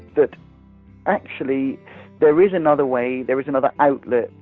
that actually there is another way, there is another outlet,